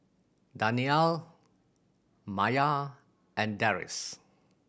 Danial Maya and Deris